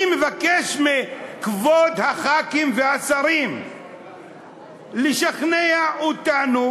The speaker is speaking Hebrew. אני מבקש מכבוד חברי הכנסת והשרים לשכנע אותנו